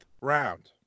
round